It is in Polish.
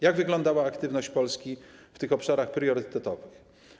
Jak wyglądała aktywność Polski w obszarach priorytetowych?